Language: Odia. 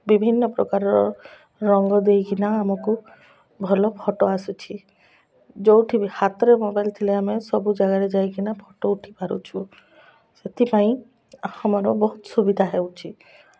ବିଭିନ୍ନ ପ୍ରକାରର ରଙ୍ଗ ଦେଇକିନା ଆମକୁ ଭଲ ଫଟୋ ଆସୁଛି ଯେଉଁଠି ବି ହାତରେ ମୋବାଇଲ୍ ଥିଲେ ଆମେ ସବୁ ଜାଗାରେ ଯାଇକିନା ଫଟୋ ଉଠେଇ ପାରୁଛୁ ସେଥିପାଇଁ ଆମର ବହୁତ ସୁବିଧା ହେଉଛି